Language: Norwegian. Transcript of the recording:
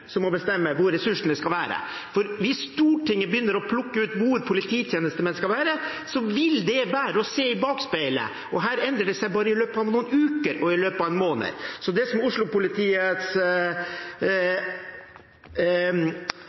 som må bestemme hvor ressursene skal være. Hvis Stortinget begynner å plukke ut hvor polititjenestemenn skal være, vil det være å se i bakspeilet – og her endrer det seg i løpet av bare noen uker og i løpet av en måned. Så det som er